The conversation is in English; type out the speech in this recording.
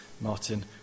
Martin